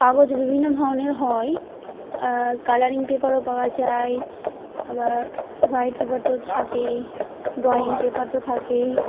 কাগজ বিভিন্ন ধরনের হয় কালারিং পেপারও পাওয়া যায় আবার হোয়াইট পেপার তো থাকেই ড্রয়িং পেপার তো থাকেই